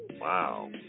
Wow